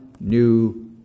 new